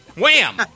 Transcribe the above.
Wham